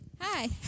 Hi